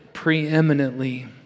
preeminently